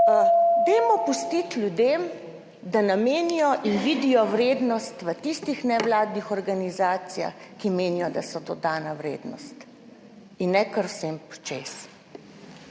Dajmo pustiti ljudem, da namenijo in vidijo vrednost v tistih nevladnih organizacijah, ki menijo, da so dodana vrednost in ne kar vsem počez.